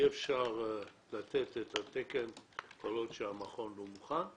ואי אפשר לתת את התקן כל עוד המכון לא מוכן.